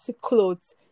clothes